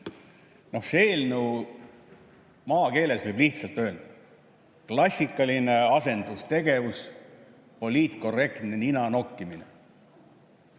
eelnõu, maakeeles võib lihtsalt öelda: klassikaline asendustegevus, poliitkorrektne ninanokkimine.